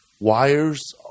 wires